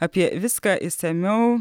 apie viską išsamiau